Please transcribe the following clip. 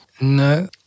No